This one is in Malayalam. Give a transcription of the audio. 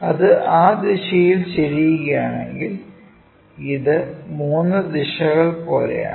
അത് ആ ദിശയിൽ ചെരിയുകയാണെങ്കിൽ ഇത് 3 ദിശകൾ പോലെയാണ്